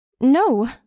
No